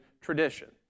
tradition